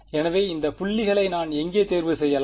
எனவே இந்த புள்ளிகளை நான் எங்கே தேர்வு செய்யலாம்